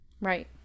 Right